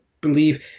believe